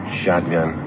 shotgun